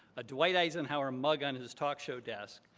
a dwight eisenhower mug on his talk show desk,